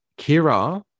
Kira